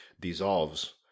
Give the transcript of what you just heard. dissolves